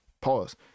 Pause